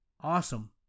Awesome